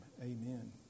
amen